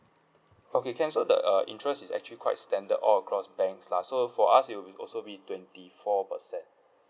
okay can so the err interest is actually quite standard all across banks lah so for us it will be also be twenty four percent